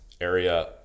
area